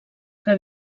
que